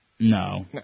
No